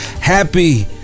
Happy